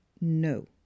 no